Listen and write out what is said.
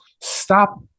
stop